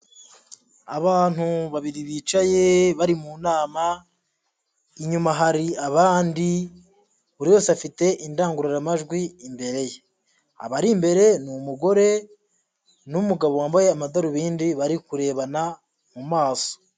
Abantu babiri bicaye bari mu nama, inyuma hari abandi buri wese afite indangururamajwi imbere ye, abari imbere ni umugore n'umugabo wambaye amadarubindi bari kurebana mu maso.